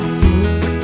look